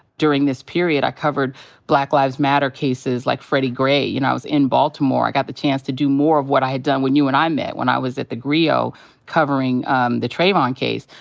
during this period, i covered black lives matter cases like freddie gray. you know, i was in baltimore. i got the chance to do more of what i had done when you and i met when i was at thegrio covering um the trayvon case.